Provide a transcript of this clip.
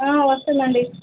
వస్తుంది అండి